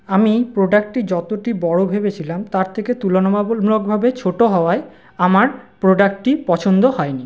আমি প্রোডাক্টটি যতটি বড়ো ভেবেছিলাম তার থেকে তুলনা মূলকভাবে ছোটো হওয়ায় আমার প্রোডাক্টটি পছন্দ হয় নি